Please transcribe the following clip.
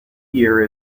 year